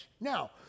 Now